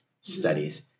studies